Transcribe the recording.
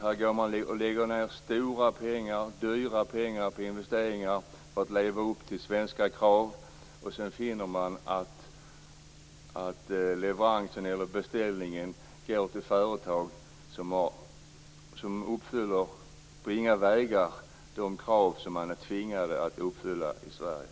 Här går man och lägger ned dyra pengar på investeringar för att leva upp till svenska krav, och sedan finner man att beställningen går till företag som inte på långa vägar uppfyller de krav som man är tvingad att uppfylla i Sverige.